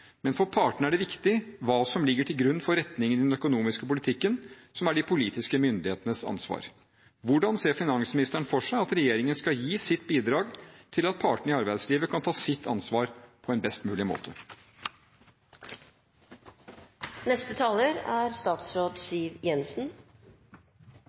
Men for partene er det viktig hva som ligger til grunn for retningen i den økonomiske politikken, som er de politiske myndighetenes ansvar. Hvordan ser finansministeren for seg at regjeringen skal gi sitt bidrag til at partene i arbeidslivet kan ta sitt ansvar på en best mulig